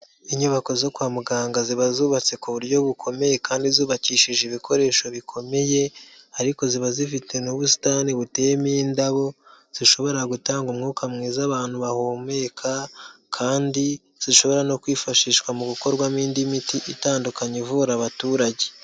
Inyubako zo kwa muganga ziba zubatse ku buryo bukomeye kandi zubakishije ibikoresho bikomeye, ariko ziba zifite n'ubusitani buteyemo indabo zishobora gutanga umwuka mwiza abantu bahumeka kandi zishobora no kwifashishwa mu gukorwamo indi miti itandukanye ivura abaturage.